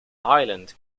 island